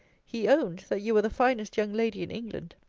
he owned, that you were the finest young lady in england,